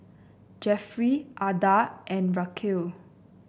Jeffrey Adah and Raquel